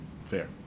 Fair